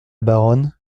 baronne